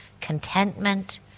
contentment